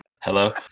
Hello